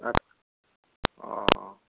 আচ্ছ অঁ